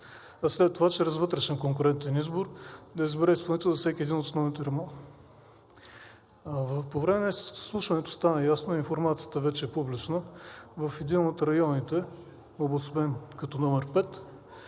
а след това чрез вътрешен конкурентен избор да избере изпълнител за всеки един от основните ремонти. По време на изслушването стана ясно и информацията вече е публична – в един от районите, обособен като № 5,